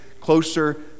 closer